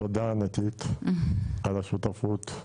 תודה ענקית על השותפות,